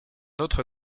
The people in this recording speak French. autre